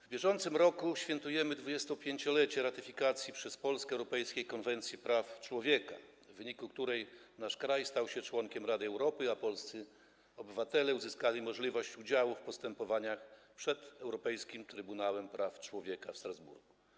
W bieżącym roku świętujemy 25-lecie ratyfikacji przez Polskę europejskiej konwencji praw człowieka, w wyniku której nasz kraj stał się członkiem Rady Europy, a polscy obywatele uzyskali możliwość udziału w postępowaniach przed Europejskim Trybunałem Praw Człowieka w Strasburgu.